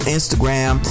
Instagram